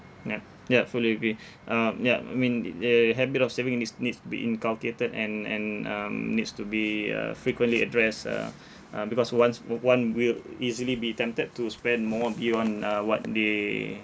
yup yup fully agree um yup I mean th~ the habit of saving needs needs to be inculcated and and um needs to be uh frequently addressed uh uh because once o~ one will easily be tempted to spend more beyond uh what they